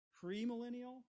Pre-millennial